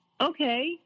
Okay